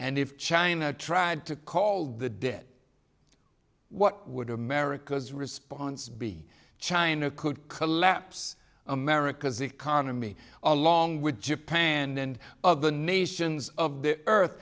and if china tried to call the dead what would america's response be china could collapse america's economy along with japan and of the nations of the earth